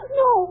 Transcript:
no